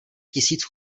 tisíc